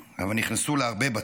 אבל נכנסו להרבה בתים.